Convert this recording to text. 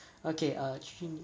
okay ah three